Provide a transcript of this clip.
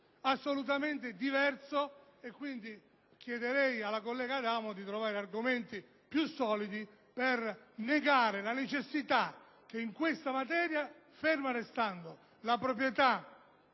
assolutamente diverso. Chiederei quindi alla collega Adamo di trovare argomenti più solidi per negare la necessità che in questa materia, ferma restando la proprietà